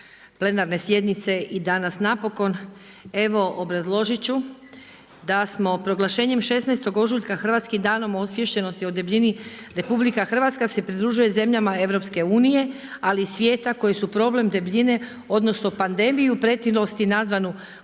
plenarne sjednice. I danas napokon evo obrazložiti ću da smo proglašenjem 16. ožujka hrvatskim danom osviještenosti o debljini, RH se pridružuje zemljama EU ali i svijeta koji su problem debljine, odnosno pandemiju pretilosti nazvanu